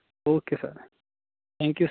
okay sir thank you